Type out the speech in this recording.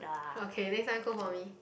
okay next time cook for me